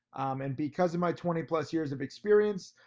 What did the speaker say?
and because of my twenty plus years of experience,